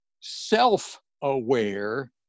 self-aware